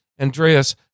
Andreas